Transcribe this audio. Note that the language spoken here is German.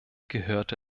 gehörte